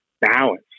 balance